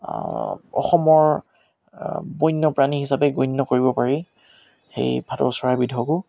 অসমৰ বন্যপাণী হিচাপে গণ্য কৰিব পাৰি সেই ভাটৌ চৰাইবিধকো